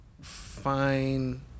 fine